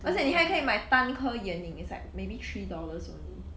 而且你可以买单颗颜宁 it's like maybe three dollars only